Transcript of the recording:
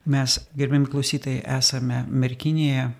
mes gerbiami klausytojai esame merkinėje